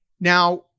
Now